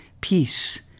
peace